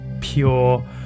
pure